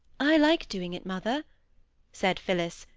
i like doing it, mother said phillis,